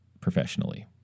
professionally